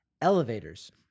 elevators